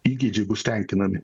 įgeidžiai bus tenkinami